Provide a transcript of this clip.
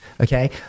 okay